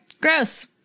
Gross